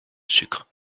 sucre